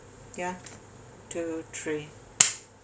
ya two three